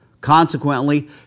Consequently